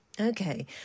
Okay